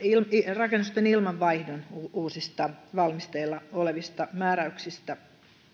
rakennusten ilmanvaihdon uusista valmisteilla olevista määräyksistä